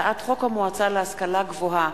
הצעת חוק המועצה להשכלה גבוהה